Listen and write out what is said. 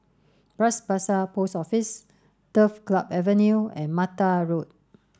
Bras Basah Post Office Turf Club Avenue and Mattar Road